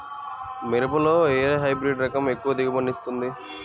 మిరపలో ఏ హైబ్రిడ్ రకం ఎక్కువ దిగుబడిని ఇస్తుంది?